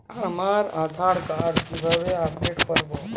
আমার আধার কার্ড কিভাবে আপডেট করব?